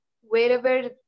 wherever